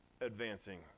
advancing